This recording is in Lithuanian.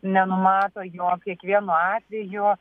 nenumato jog kiekvienu atveju